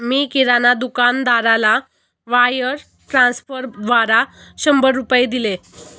मी किराणा दुकानदाराला वायर ट्रान्स्फरद्वारा शंभर रुपये दिले